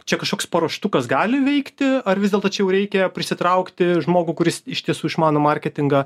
čia kažkoks paruoštukas gali veikti ar vis dėlto čia jau reikia prisitraukti žmogų kuris iš tiesų išmano marketingą